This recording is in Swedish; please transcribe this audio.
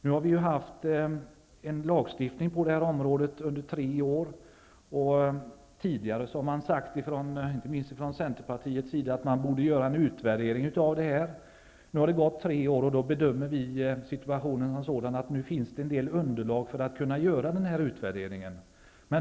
Vi har haft en lagstiftning på det här området under tre år. Tidigare har man sagt inte minst från Centerpartiets sida att det borde göras en utvärdering. Det har nu gått tre år, och vi bedömer situationen som sådan att det nu finns en del underlag för att göra en utvärdering.